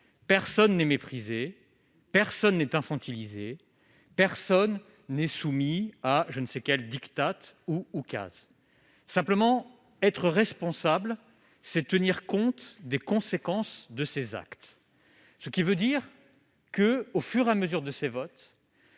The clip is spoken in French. Personne n'est méprisé, personne n'est infantilisé, personne n'est soumis à je ne sais quel diktat ou oukase. Simplement, être responsable implique de tenir compte des conséquences de ses actes. Au fur et à mesure de ces votes,